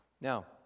Now